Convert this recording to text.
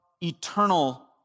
eternal